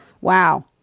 Wow